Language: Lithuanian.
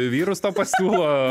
vyrus tau pasiūlo